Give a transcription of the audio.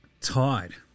tied